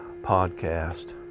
podcast